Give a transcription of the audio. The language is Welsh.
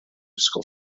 ysgol